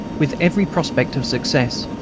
with every prospect of success.